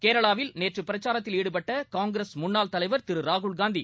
கேரளாவில் நேற்று பிரச்சாரத்தில் ஈடுபட்ட காங்கிரஸ் முன்னாள் தலைவர் திரு ராகுல் காந்தி